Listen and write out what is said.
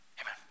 amen